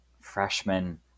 freshman